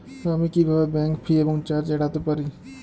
আমি কিভাবে bank fee এবং চার্জ এড়াতে পারি?